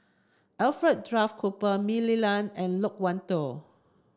Alfred Duff Cooper Mah Li Lian and Loke Wan Tho